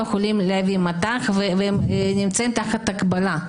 הם לא יכולים להביא מט"ח והם נמצאים תחת הגבלה.